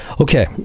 Okay